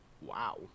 Wow